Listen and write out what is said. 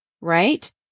right